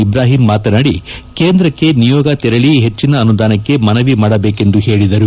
ಇಬ್ರಾಹಿಂ ಮಾತನಾಡಿ ಕೇಂದ್ರಕ್ಕೆ ನಿಯೋಗ ತೆರಳಿ ಹೆಚ್ಚಿನ ಅನುದಾನಕ್ಕೆ ಮನವಿ ಮಾಡಬೇಕೆಂದು ಹೇಳಿದರು